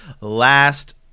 last